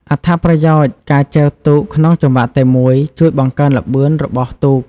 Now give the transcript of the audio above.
អត្ថប្រយោជន៍ ការចែវទូកក្នុងចង្វាក់តែមួយជួយ បង្កើនល្បឿន របស់ទូក។